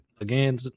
again